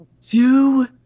Two